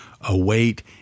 await